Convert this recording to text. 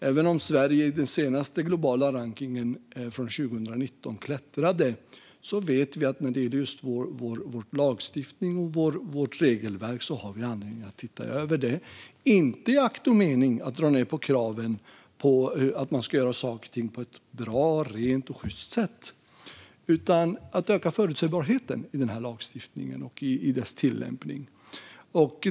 Även om Sverige i den senaste globala rankningen 2019 klättrade är vi nog också överens om att vi har anledning att se över vår lagstiftning och vårt regelverk, inte i akt och mening att dra ned på kraven på att man ska göra saker och ting på ett bra, rent och sjyst sätt, utan för att öka förutsägbarheten i lagstiftningen och i dess tillämpning.